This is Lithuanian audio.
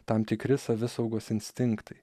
tam tikri savisaugos instinktai